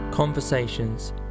Conversations